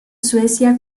suecia